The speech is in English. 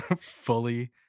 fully